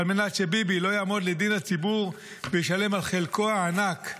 על מנת שביבי לא יעמוד לדין הציבור וישלם על חלקו הענק,